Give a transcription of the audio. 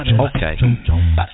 Okay